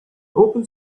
open